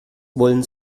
wollen